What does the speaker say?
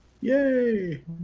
Yay